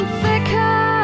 thicker